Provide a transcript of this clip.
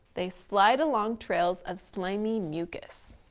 they slide along trails of slimy mucus.